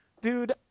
Dude